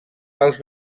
pels